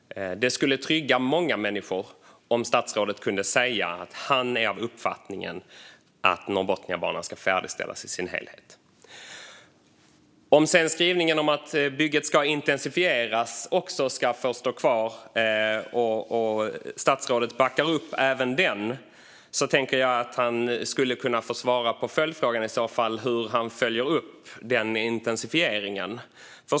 Det skulle göra många människor trygga om statsrådet kunde säga att han är av uppfattningen att Norrbotniabanan ska färdigställas i sin helhet. Om skrivningen om att bygget ska intensifieras får stå kvar, och om statsrådet backar upp även den, kan han få svara på en följdfråga om hur han följer upp denna intensifiering.